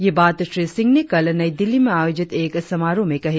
ये बात श्री दिंह ने कल नई दिल्ली में आयोजित एक समारोह में कही